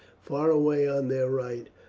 far away on their right,